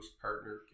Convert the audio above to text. partner